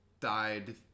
died